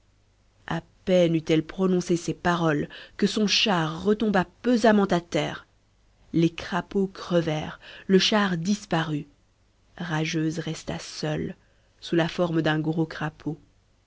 à peine eut-elle prononcé ces paroles que son char retomba pesamment à terre les crapauds crevèrent le char disparut rageuse resta seule sous la forme d'un gros crapaud